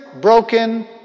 broken